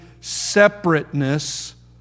separateness